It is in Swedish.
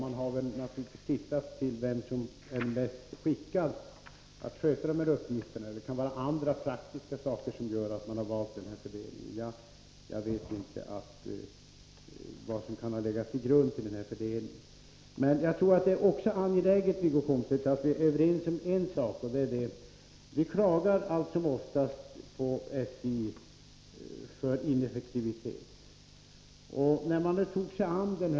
De har naturligtvis tagit hänsyn till vem som är bäst skickad att sköta dessa uppgifter. Det kan vara andra praktiska hänsynstaganden som gör att de har valt den här fördelningen. Jag vet inte vad som kan ha legat till grund för denna uppdelning av arbetsuppgifterna. Jag tror att det också är angeläget, Wiggo Komstedt, att vi är överens om en sak. Vi klagar allt som oftast på SJ för att företaget skulle vara för ineffektivt.